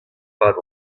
pad